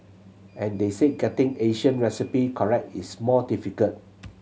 and they say getting Asian recipe correct is more difficult